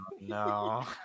no